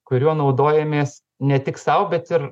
kuriuo naudojamės ne tik sau bet ir